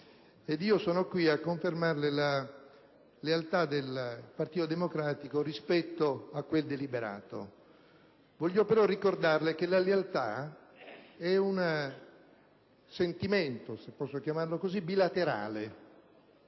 ed io sono qui a confermarle la lealtà del Partito Democratico rispetto a quel deliberato. Voglio però ricordarle che la lealtà è un sentimento - se così posso chiamarlo - bilaterale,